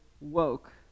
woke